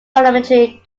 parliamentary